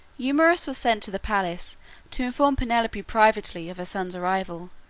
eumaeus was sent to the palace to inform penelope privately of her son's arrival,